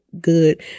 good